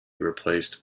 replaced